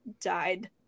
died